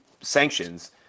sanctions